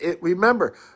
remember